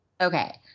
Okay